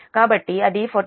190 లేదా 0